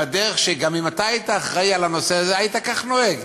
הרי גם אם אתה היית אחראי על הנושא הזה היית כך נוהג.